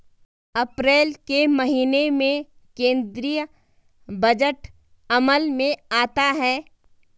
अप्रैल के महीने में केंद्रीय बजट अमल में आता है